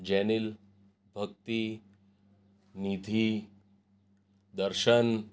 જેનિલ ભક્તિ નિધિ દર્શન